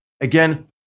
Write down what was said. Again